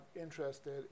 interested